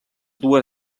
dues